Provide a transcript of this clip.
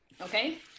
Okay